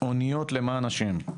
אוניות למען השם.